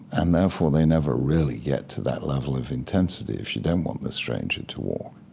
and therefore they never really get to that level of intensity if you don't want the stranger to walk.